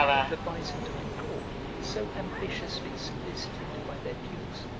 of the byzantine court, so ambitiously solicited by their dukes,